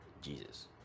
Jesus